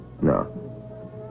No